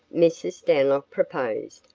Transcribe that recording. mrs. stanlock proposed,